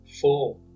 Four